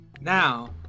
Now